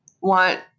want